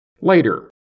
Later